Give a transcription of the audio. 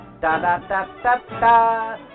Da-da-da-da-da